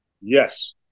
Yes